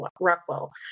Rockwell